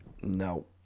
No